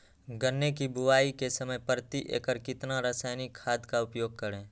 गन्ने की बुवाई के समय प्रति एकड़ कितना रासायनिक खाद का उपयोग करें?